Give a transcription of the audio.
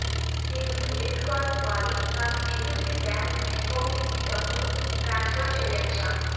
నేను credit card వాడి నా స్నేహితుని బ్యాంక్ అకౌంట్ కి డబ్బును ట్రాన్సఫర్ చేయచ్చా?